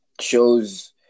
shows